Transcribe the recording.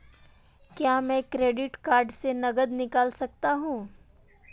क्या मैं credit card से नकद निकाल सकता हूँ?